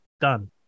done